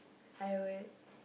I will